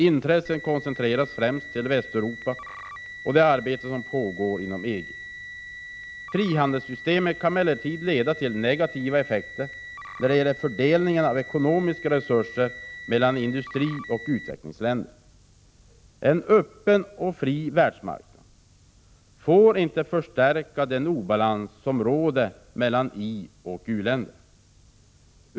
Intresset koncentreras främst till Västeuropa och det arbete som pågår inom EG. Frihandelssystemet kan emellertid leda till negativa effekter när det gäller fördelningen av ekonomiska resurser mellan industrioch utvecklingsländer. En öppen och fri världsmarknad får inte förstärka den obalans som råder mellan ioch u-länder.